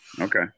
Okay